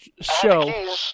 show